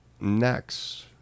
next